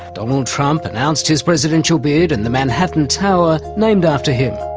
donald trump announced his presidential bid in the manhattan tower named after him.